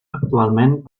actualment